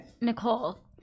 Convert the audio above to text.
Nicole